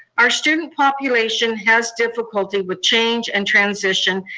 our student population has difficulty with change and transition,